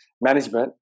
management